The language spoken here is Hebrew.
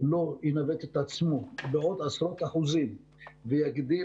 צריך לנווט את עצמו בעוד עשרות אחוזים ולהגדיל